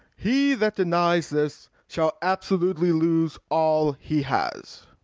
he that denies this, shall absolutely lose all he has.